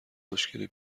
مشکلی